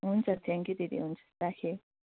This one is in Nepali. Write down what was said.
हुन्छ थ्याङ्क यु दिदी राखेँ